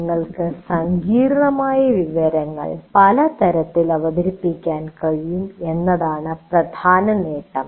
നിങ്ങൾക്ക് സങ്കീർണ്ണമായ വിവരങ്ങൾ പല തരത്തിൽ അവതരിപ്പിക്കാൻ കഴിയും എന്നതാണ് പ്രധാന നേട്ടം